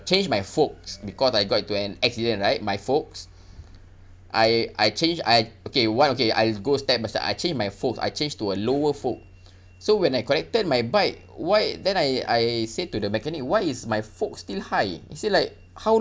change my forks because I got into an accident right my forks I I change I okay one okay I go step by step I change my forks I change to a lower fork so when I collected my bike why then I I said to the mechanic why is my forks still high he say like how